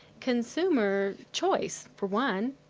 consumer choice for one.